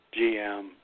GM